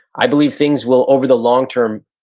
i believe things will, over the long term,